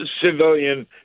civilian